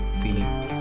feeling